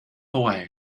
away